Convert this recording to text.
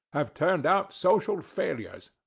have turned out social failures,